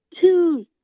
two